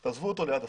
לעזוב אותו ליד הספסל.